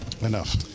Enough